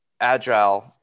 Agile